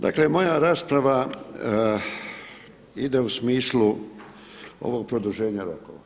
Dakle, moja rasprava ide u smislu ovog produženja rokova.